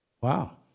Wow